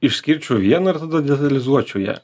išskirčiau vieną ir tada detalizuočiau ją